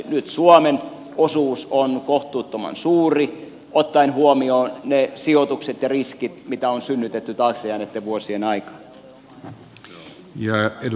nyt suomen osuus on kohtuuttoman suuri ottaen huomioon ne sijoitukset ja riskit mitä on synnytetty taakse jääneitten vuosien aikaan